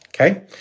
Okay